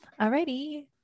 Alrighty